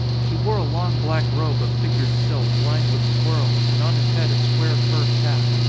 he wore a long black robe of fig ured silk, lined with squirrel, and on his head a square fur cap.